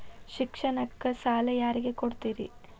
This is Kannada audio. ಶಿಕ್ಷಣಕ್ಕ ಸಾಲ ಯಾರಿಗೆ ಕೊಡ್ತೇರಿ?